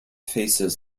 faces